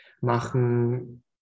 machen